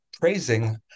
praising